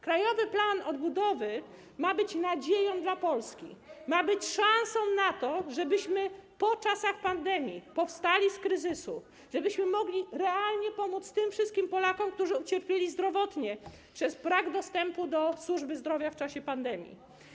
Krajowy Plan Odbudowy ma być nadzieją dla Polski, ma być szansą na to, żebyśmy po czasach pandemii powstali z kryzysu, żebyśmy mogli realnie pomóc tym wszystkim Polakom, którzy ucierpieli zdrowotnie przez brak dostępu do służby zdrowia w czasie pandemii.